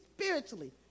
spiritually